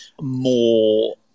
more